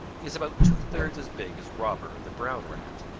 he is about two thirds as big as robber the brown rat,